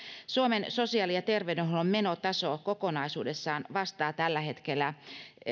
suomen sosiaali ja terveydenhuollon menotaso kokonaisuudessaan vastaa tällä hetkellä